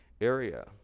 area